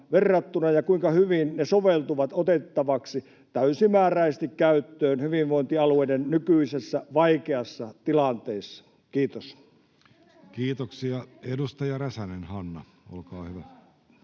ja kuinka hyvin ne soveltuvat otettavaksi täysimääräisesti käyttöön hyvinvointialueiden nykyisessä vaikeassa tilanteessa. — Kiitos. [Krista Kiuru: Tietääkö Hänninen, mitä